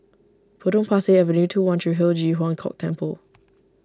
Potong Pasir Avenue two one Tree Hill Ji Huang Kok Temple